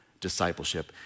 discipleship